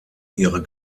ihre